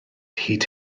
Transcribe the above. hyd